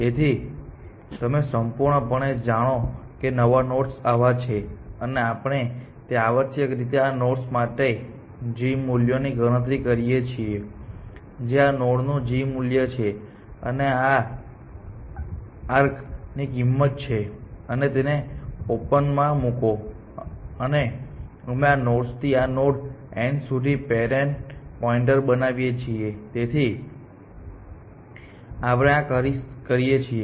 તેથી તમે સંપૂર્ણપણે જાણો કે નવા નોડ્સ આવા છે અને આપણે તે આવશ્યકરીતે આ નોડ્સ માટે g મૂલ્યોની ગણતરી કરીએ છીએ જે આ નોડનું g મૂલ્ય છે અને આ આર્ક ની કિંમત છે અને તેને ઓપનમાં મૂકો અને અમે આ નોડ્સથી આ નોડ n સુધી પેરેન્ટ પોઇન્ટરબનાવીએ છીએ તેથી આપણે આ કરીએ છીએ